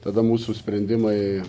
tada mūsų sprendimai